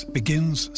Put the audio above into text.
begins